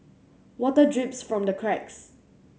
water drips from the cracks